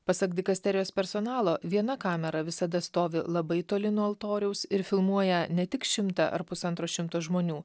pasak dikasterijos personalo viena kamera visada stovi labai toli nuo altoriaus ir filmuoja ne tik šimtą ar pusantro šimto žmonių